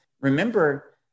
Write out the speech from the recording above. remember